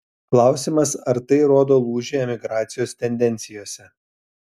klausimas ar tai rodo lūžį emigracijos tendencijose